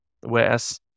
Whereas